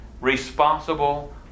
responsible